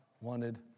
wanted